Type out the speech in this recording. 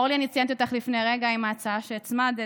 אורלי, אני ציינתי אותך לפני רגע עם ההצעה שהצמדת.